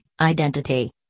identity